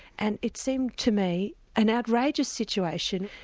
and it seemed to me an outrageous situation,